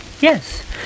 Yes